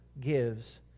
gives